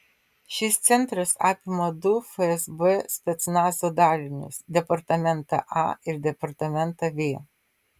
šis centras apima du fsb specnazo dalinius departamentą a ir departamentą v